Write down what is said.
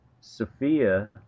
Sophia